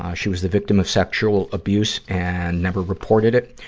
ah she was the victim of sexual abuse and never reported it.